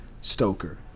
Stoker